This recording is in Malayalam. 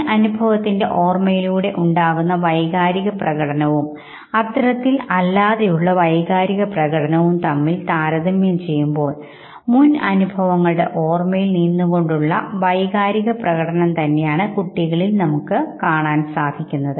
മുൻ അനുഭവത്തിന്റെ ഓർമ്മയിലൂടെ ഉണ്ടാകുന്ന വൈകാരിക പ്രകടനവും അത്തരത്തിൽ അല്ലാതെയുള്ള വൈകാരികപ്രകടനവും തമ്മിൽ താരതമ്യം ചെയ്യുമ്പോൾ മുൻഅനുഭവങ്ങളുടെ ഓർമയിൽ നിന്നുകൊണ്ടുള്ള വൈകാരിക പ്രകടനം തന്നെയാണ് കുട്ടികളിൽ നമുക്ക് കാണാൻ സാധിക്കുന്നത്